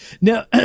Now